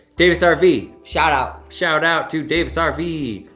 davis arave. shout-out. shout-out to davis arave.